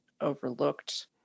overlooked